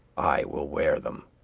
i will wear them.